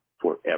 forever